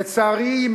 לצערי,